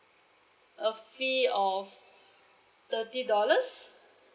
a fee of thirty dollars